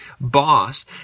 boss